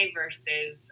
versus